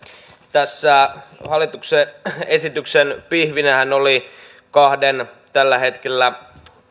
tässä hallituksen esityksen pihvinähän oli kahden tällä hetkellä